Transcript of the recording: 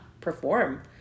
perform